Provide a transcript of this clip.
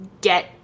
get